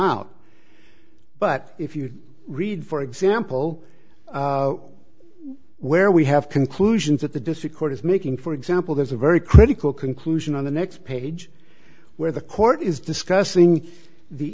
out but if you read for example where we have conclusions that the district court is making for example there's a very critical conclusion on the next page where the court is discussing the